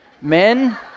Men